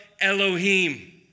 Elohim